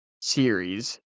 series